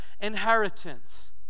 inheritance